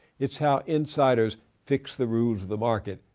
it's how insiders fix the rules of the market,